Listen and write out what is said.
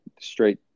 straight